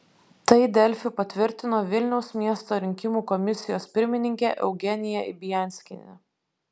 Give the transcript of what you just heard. tai delfi patvirtino vilniaus miesto rinkimų komisijos pirmininkė eugenija ibianskienė